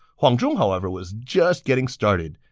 huang zhong, however, was just getting started,